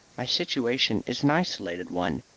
my situation is an isolated one.